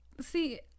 See